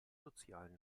sozialen